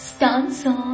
Stanza